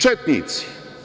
Četnici.